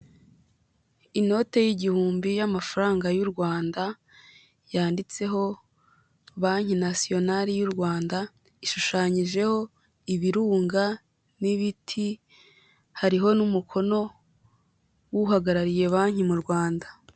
Inote y'igihumbi y'amafaranga y'u Rwanda yanditseho Banki Nasiyonari y'u Rwanda, ishushanyijeho ibirunga n'ibiti, hariho n'umukono w'uhagarariye banki mu Rwanda.